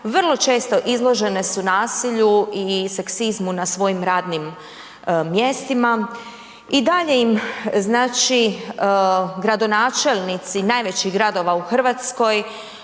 Vrlo često izložene su nasilju i seksizmu na svojim radnim mjestima. I dalje im znači gradonačelnici najvećih gradova u Hrvatskoj